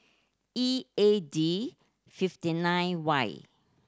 E A D fifty nine Y